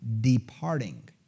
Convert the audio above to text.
departing